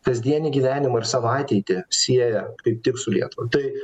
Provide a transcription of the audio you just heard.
kasdienį gyvenimą ir savo ateitį sieja kaip tik su lietuva tai